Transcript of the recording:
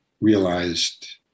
realized